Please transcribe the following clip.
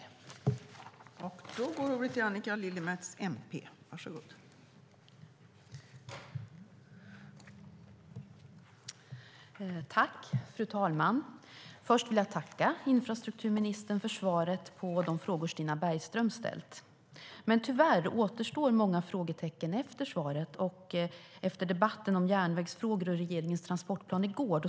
Då Stina Bergström, som framställt interpellationen, anmält att hon var förhindrad att närvara vid sammanträdet medgav förste vice talmannen att Annika Lillemets i stället fick delta i överläggningen.